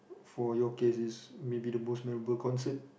for your cases maybe the most memorable concert